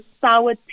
sour